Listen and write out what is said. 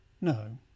No